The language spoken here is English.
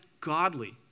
godly